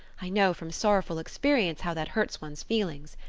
i know from sorrowful experience how that hurts one's feelings.